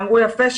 ואמרו יפה,